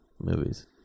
movies